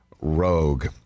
rogue